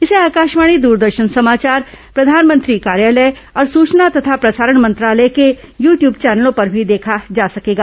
इसे आकाशवाणी द्रदर्शन समाचार प्रधानमंत्री कार्यालय और सूचना तथा प्रसारण मंत्रालय के यू ट्यूब चैनलों पर भी देखा जा सकेगा